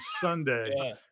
Sunday